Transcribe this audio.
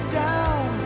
down